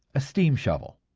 a steam shovel.